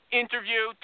interview